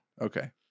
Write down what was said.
Okay